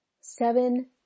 seven